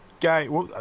guy